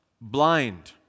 blind